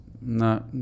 No